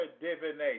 divination